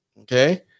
okay